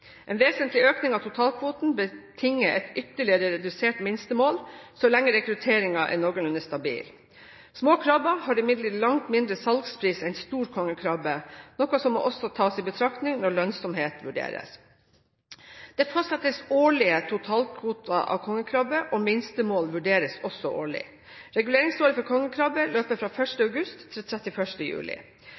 En vesentlig økning av totalkvoten betinger et ytterligere redusert minstemål så lenge rekrutteringen er noenlunde stabil. Små krabber har imidlertid langt mindre salgspris enn stor kongekrabbe, noe som også må tas i betraktning når lønnsomhet vurderes. Det fastsettes årlige totalkvoter av kongekrabbe, og minstemålet vurderes også årlig. Reguleringsåret for kongekrabbe løper fra 1. august til 31. juli.